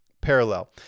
parallel